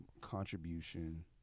contribution